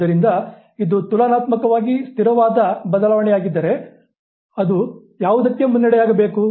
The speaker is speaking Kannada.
ಆದ್ದರಿಂದ ಇದು ತುಲನಾತ್ಮಕವಾಗಿ ಸ್ಥಿರವಾದ ಬದಲಾವಣೆಯಾಗಿದ್ದರೆ ಅದು ಯಾವುದಕ್ಕೆ ಮುನ್ನಡೆಯಾಗಬೇಕು